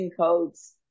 codes